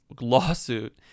lawsuit